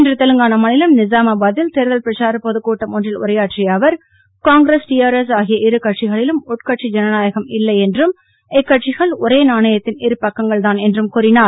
இன்று தெலுங்கானா மாநிலம் நிஜாமாபாத்தில் தேர்தல் பிரச்சாரப் பொதுக்கூட்டம் ஒன்றில் உரையாற்றிய அவர் காங்கிரஸ் டிஆர்எஸ் ஆகிய இரு கட்சிகளிலும் உட்கட்சி ஜனநாயகம் இல்லை என்றும் இக்கட்சிகள் ஓரே நாணயத்தின் இரு பக்கங்கள் தான் என்றும் கூறினார்